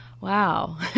wow